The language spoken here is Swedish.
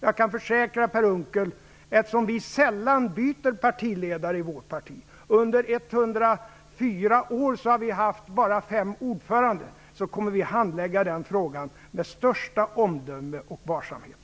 Jag kan försäkra Per Unckel att eftersom vi sällan byter partiledare i vårt parti - under 104 år har vi haft bara fem ordförande - kommer vi att handlägga den frågan med största omdöme och varsamhet.